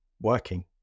working